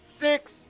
six